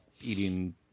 eating